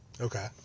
Okay